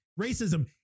racism